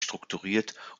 strukturiert